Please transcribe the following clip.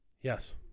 Yes